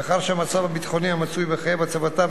מאחר שהמצב הביטחוני המצוי מחייב הצבתם